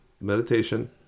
Meditation